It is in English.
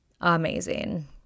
amazing